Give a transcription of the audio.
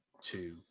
two